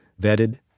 vetted